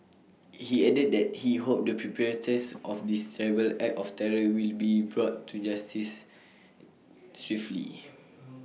he added that he hoped the perpetrators of this terrible act of terror will be brought to justice swiftly